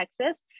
Texas